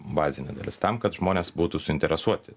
bazinė dalis tam kad žmonės būtų suinteresuoti